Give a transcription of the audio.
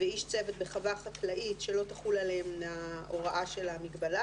"איש צוות בחווה חקלאית שלא תחול עליהם ההוראה של המגבלה